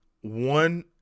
one